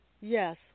Yes